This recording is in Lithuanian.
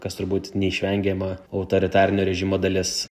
kas turbūt neišvengiama autoritarinio režimo dalis